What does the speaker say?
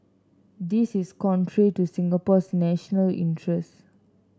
this is contrary to Singapore's national interests